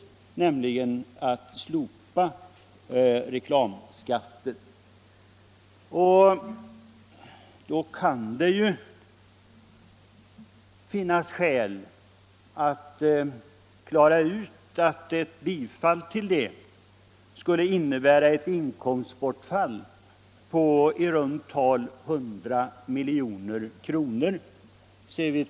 Han föreslår nämligen att reklamskatten skall slopas. Det kan då finnas skäl att klara ut att ett bifall till detta förslag skulle innebära ett inkomstbortfall på i runt tal 100 milj.kr.